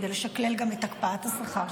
כדי לשקלל גם את הקפאת השכר,